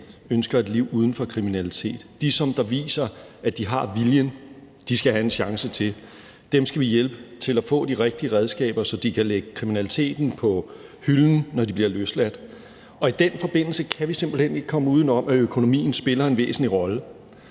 ønsker et liv uden for kriminalitet. De, som viser, at de har viljen, skal have en chance til, dem skal vi hjælpe til at få de rigtige redskaber, så de kan lægge kriminaliteten på hylden, når de bliver løsladt, og i den forbindelse kan vi simpelt hen ikke komme uden om, at økonomien spiller en væsentlig rolle.